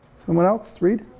someone else, read,